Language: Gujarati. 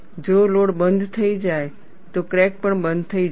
જો લોડ બંધ થઈ જાય તો ક્રેક પણ બંધ થઈ જશે